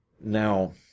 Now